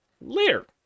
later